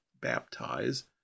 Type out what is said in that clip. baptize